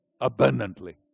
abundantly